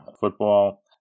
football